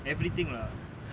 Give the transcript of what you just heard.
everything lah